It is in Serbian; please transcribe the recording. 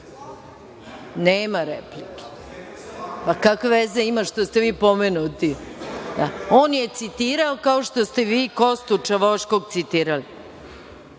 replike, kakve veze ima što ste vi pomenuti. On je citirao kao što ste vi Kostu Čavoškog citirali.